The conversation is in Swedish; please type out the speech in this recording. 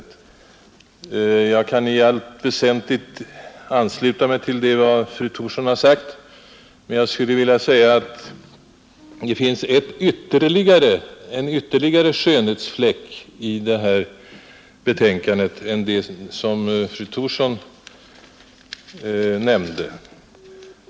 Jag kan i allt väsentligt ansluta mig till det som fru Thorsson har sagt. Jag skulle dock vilja påstå att det finns en ytterligare skönhetsfläck i detta betänkande utöver den som fru Thorsson nämnde.